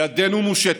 ידנו מושטת,